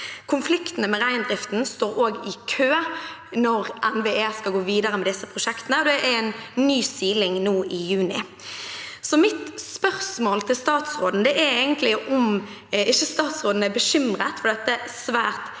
Konfliktene med reindriften står også i kø når NVE skal gå videre med disse prosjektene, og det er en ny siling nå i juni. Mitt spørsmål til statsråden er egentlig om ikke statsråden er bekymret for dette svært